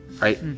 Right